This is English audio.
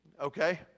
Okay